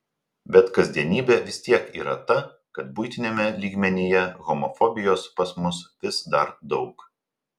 bet kasdienybė vis tiek yra ta kad buitiniame lygmenyje homofobijos pas mus vis dar daug